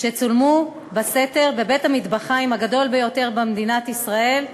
שצולמו בסתר בבית-המטבחיים הגדול ביותר במדינת ישראל,